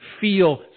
feel